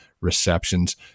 receptions